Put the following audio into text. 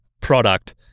product